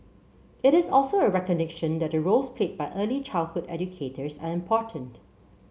it is also a recognition that the roles played by early childhood educators are important